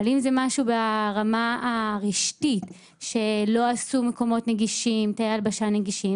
אבל אם זה משהו ברמה הרשתית שלא עשו תאי הלבשה נגישים,